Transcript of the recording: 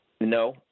No